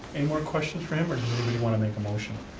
any more questions for him, or does anybody want to make a motion?